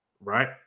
Right